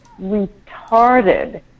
retarded